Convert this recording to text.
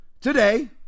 Today